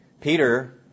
Peter